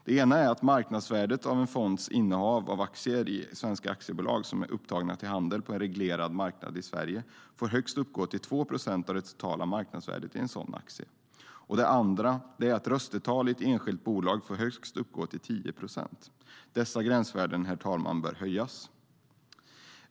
Den ena är att marknadsvärdet av en fonds innehav av aktier i svenska aktiebolag som är upptagna till handel på en reglerad marknad i Sverige får uppgå till högst 2 procent av det totala marknadsvärdet av en sådan aktie. Den andra är att röstetalet i ett enskilt bolag får uppgå till högst 10 procent. Dessa gränsvärden, herr talman, bör höjas.